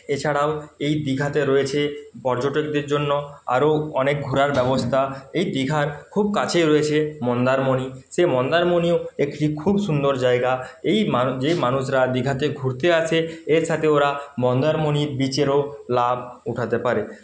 এছাড়াও এই দিঘাতে রয়েছে পর্যটকদের জন্য আরও অনেক ঘোরার ব্যবস্থা এই দিঘার খুব কাছেই রয়েছে মন্দারমণি সে মন্দারমণিও একটি খুব সুন্দর জায়গা এই মান যে মানুষরা দিঘাতে ঘুরতে আসে এর সাথে ওরা মন্দারমণি বিচেরও লাভ উঠাতে পারে